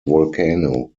volcano